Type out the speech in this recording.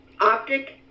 optic